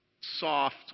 soft